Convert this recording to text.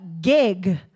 gig